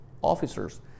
officers